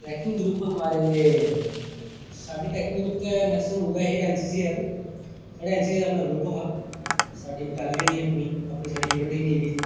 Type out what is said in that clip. trekking group साढ़े trekking group ते उऐ हे एनसीसी आहले साढ़ा एनसीसी दी अपना ग्रुप हा साढ़ी बटालियन ही अपनी अपनी साढ़ी यूनिट ही